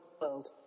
world